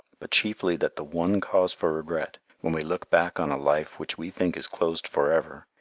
but chiefly that the one cause for regret, when we look back on a life which we think is closed forever,